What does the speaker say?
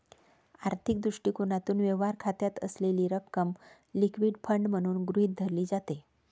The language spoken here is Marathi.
आर्थिक दृष्टिकोनातून, व्यवहार खात्यात असलेली रक्कम लिक्विड फंड म्हणून गृहीत धरली जाते